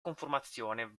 conformazione